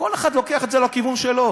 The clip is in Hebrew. כל אחד לוקח את זה לכיוון שלו.